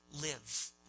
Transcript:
live